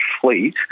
fleet